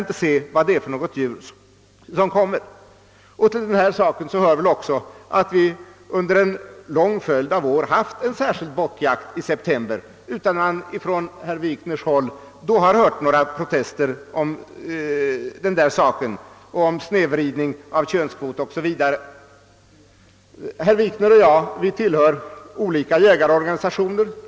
Till denna fråga hör också att vi under en lång följd av år haft en särskild bockjakt i september, utan att herr Wikner då protesterat mot snedvridning av könskvoten o.s.v. Herr Wikner och jag tillhör olika jägarorganisationer.